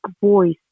voice